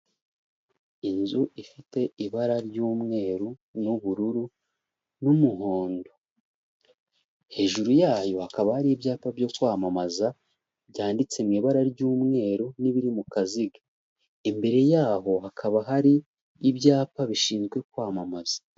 Inzu ifite ibara ry'umweru n'ubururu n'umuhondo. Hejuru yayo hakaba hari ibyapa byo kwamamaza, byanditse mu ibara ry'umweru n'ibiri mu kaziga. Imbere yaho hakaba hari ibyapa bishinzwe kwamamaza.